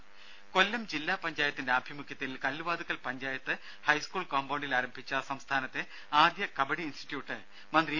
ദേദ കൊല്ലം ജില്ലാ പഞ്ചായത്തിന്റെ ആഭിമുഖ്യത്തിൽ കല്ലുവാതുക്കൽ പഞ്ചായത്ത് ഹൈസ്കൂൾ കോമ്പൌണ്ടിൽ ആരംഭിച്ച സംസ്ഥാനത്തെ ആദ്യ കബഡി ഇൻസ്റ്റിറ്റ്യൂട്ട് മന്ത്രി ഇ